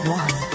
one